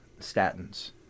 statins